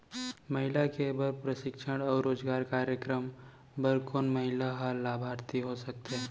महिला के बर प्रशिक्षण अऊ रोजगार कार्यक्रम बर कोन महिला ह लाभार्थी हो सकथे?